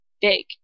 Big